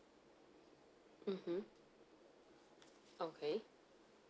mmhmm okay